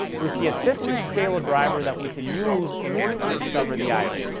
with the sysmic scale ah driver that we can use, in order to discover the i o.